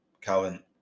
Calvin